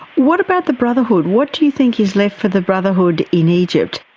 what about the brotherhood? what do you think is left for the brotherhood in egypt?